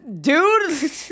dude